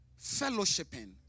fellowshipping